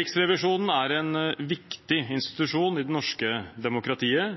Riksrevisjonen er en viktig institusjon i det